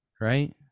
Right